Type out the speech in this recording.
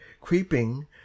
creeping